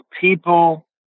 people